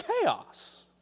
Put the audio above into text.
chaos